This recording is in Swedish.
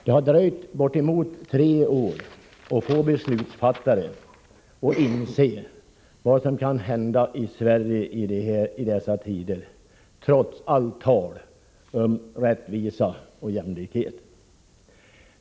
Det har dröjt bortemot tre år att få beslutsfattare att inse vad som kan hända i Sverige i dessa tider — trots allt tal om rättvisa och jämlikhet.